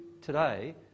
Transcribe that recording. today